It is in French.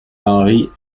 henryk